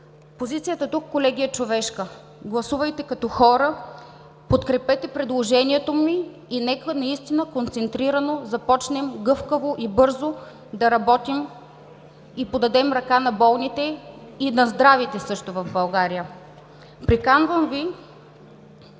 Позицията тук, колеги, е човешка. Гласувайте като хора. Подкрепете предложението ми и нека започнем концентрирано, гъвкаво и бързо да работим и подадем ръка на болните и на здравите също в България. Приканвам Ви!